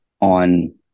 on